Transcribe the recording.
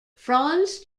franz